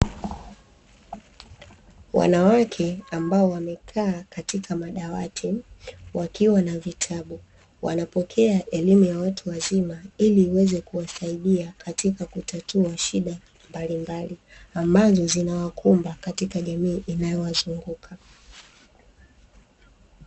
Wanawake ambao wamekaa katika madawati, wakiwa na vitabu. Wanapokea elimu ya watu wazima ili iweze kuwasaidia katika kutatua shida mbalimbali, ambazo zinawakumba katika jamii inayowazunguka.